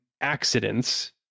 accidents